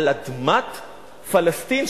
על אדמת פלסטין,